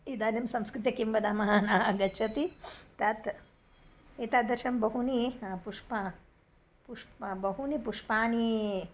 इदानीं संस्कृते किं वदामः न आगच्छति तत् एतादृशं बहूनि पुष्पं पुष्पं बहूनि पुष्पानि